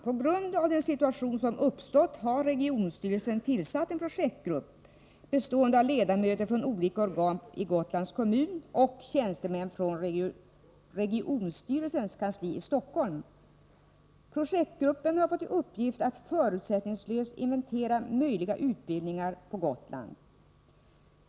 På grund av den situation som uppstått har regionstyrelsen tillsatt en projektgrupp bestående av ledamöter från olika organ inom Gotlands kommun och tjänstemän från regionstyrelsens kansli i Stockholm. Projektgruppen har fått i uppgift att förutsättningslöst inventera möjliga utbildningar på Gotland.